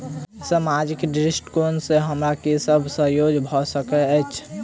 सामाजिक दृष्टिकोण सँ हमरा की सब सहयोग भऽ सकैत अछि?